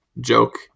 joke